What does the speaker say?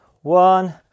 one